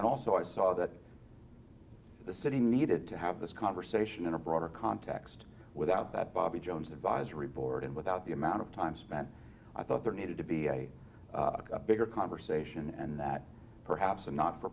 then also i saw that the city needed to have this conversation in a broader context without that bobby jones advisory board and without the amount of time spent i thought there needed to be a bigger conversation and that perhaps a not for